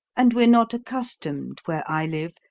and we're not accustomed, where i live,